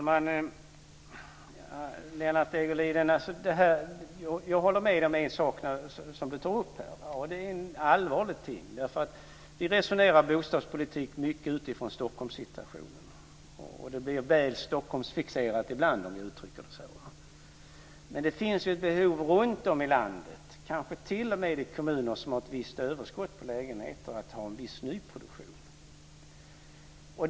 Fru talman! Jag håller med Lennart Degerliden om en sak som han tar upp. Det är en allvarlig sak. Vi resonerar om bostadspolitik mycket utifrån Stockholmssituationen. Det blir väl Stockholmsfixerat ibland, om jag uttrycker det så. Det finns ett behov runt om i landet, kanske t.o.m. i kommuner som har ett visst överskott på lägenheter, att ha en viss nyproduktion.